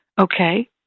Okay